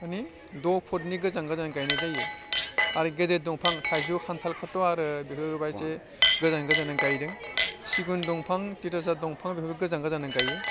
माने द' फुटनि गोजान गोजान गायनाय जायो आरो गेदेर दंफां थायजौ खान्थालफ्राथ' आरो बेखौ बा एसे गोजान गोजानै गायदों सिगुन दंफां टितासाप दंफां बेखौ गोजान गोजानै गायो